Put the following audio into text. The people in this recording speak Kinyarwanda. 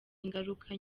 ingaruka